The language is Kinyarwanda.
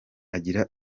agira